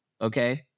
okay